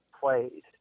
played